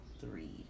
three